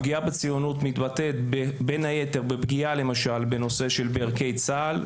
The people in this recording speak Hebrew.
הפגיעה בציונות מתבטאת בין היתר בפגיעה למשל בנושא של ערכי צה"ל.